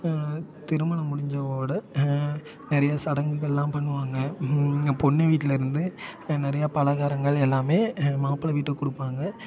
திருமணம் முடிஞ்சவோட நிறைய சடங்குகளெலாம் பண்ணுவாங்க பொண்ணு வீட்டிலருந்து நிறைய பலகாரங்கள் எல்லாமே மாப்பிள்ளை வீட்டுக்கு கொடுப்பாங்க